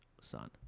son